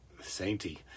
sainty